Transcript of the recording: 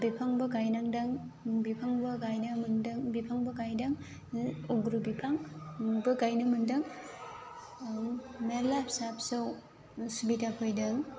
बिफांबो गायनांदों बिफांबो गायनो मोनदों बिफांबो गायदों अग्रु बिफां बो गायनो मोनदों मेरला फिसा फिसौ सुबिदा फैदों